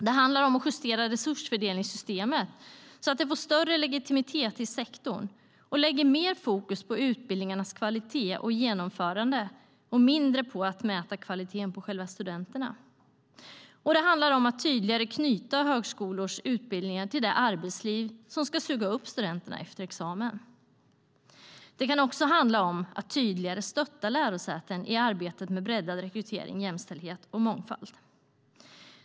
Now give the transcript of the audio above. Det handlar om att justera resursfördelningssystemet så att det får större legitimitet i sektorn och lägger mer fokus på utbildningarnas kvalitet och genomförande och mindre på att mäta kvaliteten på själva studenterna. Det handlar om att tydligare knyta högskolors utbildningar till det arbetsliv som ska suga upp studenterna efter examen. Det kan också handla om att tydligare stötta lärosäten i arbetet med breddad rekrytering, jämställdhet och mångfald.